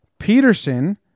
Peterson